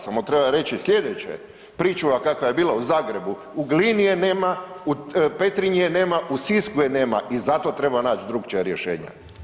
Samo treba reći i slijedeće, pričuva kakva je bila u Zagrebu u Glini je nema, u Petrinji je nema, u Sisku je nema i zato treba naći drugačija rješenja.